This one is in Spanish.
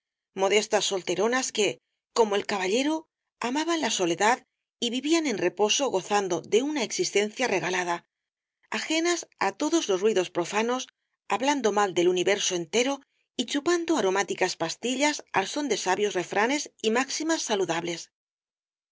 modestas solteronas que como el caballero amaban la soledad y vivían en reposo gozando de una existencia regalada ajenas á todos los ruidos profanos hablando mal del universo entero y chupando aromáticas pastillas al son de sabios refranes y máximas saludables